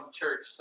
church